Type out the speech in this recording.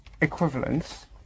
equivalence